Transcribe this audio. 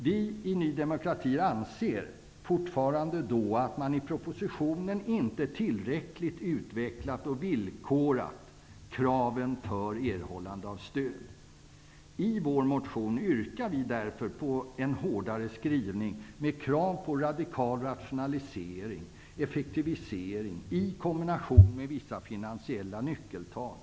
Vi i Ny demokrati anser fortfarande att man i propositionen inte tillräckligt utvecklat och villkorat kraven för erhållande av stöd. I vår motion yrkar vi därför på en hårdare skrivning, med krav på radikal rationalisering, effektivisering, i kombination med vissa finansiella nyckeltal.